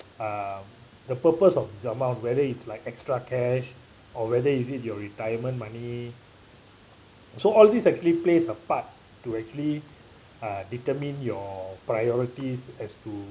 uh the purpose of the amount whether it's like extra cash or whether is it your retirement money so all this actually plays a part to actually uh determine your priorities as to